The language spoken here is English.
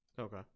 Okay